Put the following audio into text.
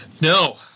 No